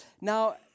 Now